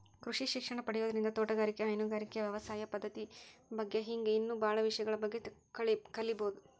ಕೃಷಿ ಶಿಕ್ಷಣ ಪಡಿಯೋದ್ರಿಂದ ತೋಟಗಾರಿಕೆ, ಹೈನುಗಾರಿಕೆ, ವ್ಯವಸಾಯ ಪದ್ದತಿ ಬಗ್ಗೆ ಹಿಂಗ್ ಇನ್ನೂ ಬಾಳ ವಿಷಯಗಳ ಬಗ್ಗೆ ಕಲೇಬೋದು